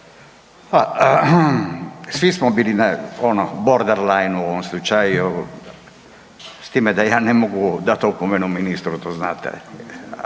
Svi smo bili na borderline u slučaju s time da ja ne mogu dati opomenu ministru to znate,